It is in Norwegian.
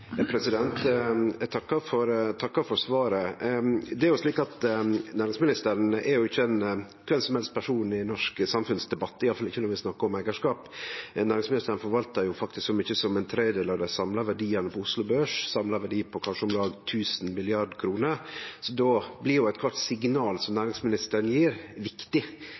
Eg takkar for svaret. Næringsministeren er jo ikkje ein kven som helst person i norsk samfunnsdebatt, iallfall ikkje når vi snakkar om eigarskap. Næringsministeren forvaltar faktisk så mykje som ein tredjedel av dei samla verdiane på Oslo Børs, ein samla verdi på kanskje 1 000 mrd. kr. Då blir kvart signal som næringsministeren gjev, viktig